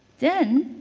then,